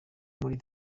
muri